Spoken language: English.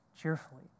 cheerfully